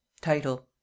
Title